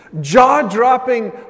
jaw-dropping